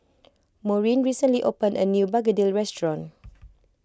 Maureen recently opened a new Begedil restaurant